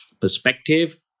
perspective